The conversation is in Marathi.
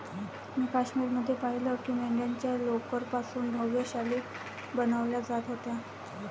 मी काश्मीर मध्ये पाहिलं की मेंढ्यांच्या लोकर पासून भव्य शाली बनवल्या जात होत्या